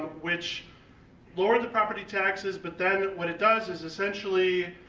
which lowered the property taxes but then, what it does, is essentially,